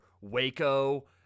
Waco